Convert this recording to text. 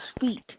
feet